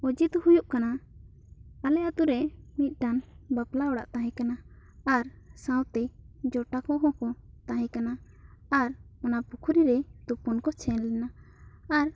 ᱚᱡᱮ ᱫᱚ ᱦᱩᱭᱩᱜ ᱠᱟᱱᱟ ᱟᱞᱮ ᱟᱛᱳ ᱨᱮ ᱢᱤᱫ ᱴᱟᱱ ᱵᱟᱯᱞᱟ ᱚᱲᱟᱜ ᱛᱟᱦᱮᱸ ᱠᱟᱱᱟ ᱟᱨ ᱥᱟᱶᱛᱮ ᱡᱚᱴᱟ ᱠᱚᱦᱚᱸ ᱠᱚ ᱛᱟᱦᱮᱸ ᱠᱟᱱᱟ ᱟᱨ ᱚᱱᱟ ᱯᱩᱠᱷᱨᱤ ᱨᱮ ᱛᱩᱯᱩᱱ ᱠᱚ ᱥᱮᱱ ᱞᱮᱱᱟ ᱟᱨ